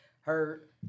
hurt